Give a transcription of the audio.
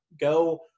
Go